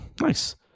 nice